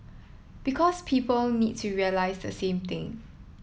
because people need to realise the same thing